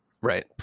Right